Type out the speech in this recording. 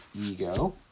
Ego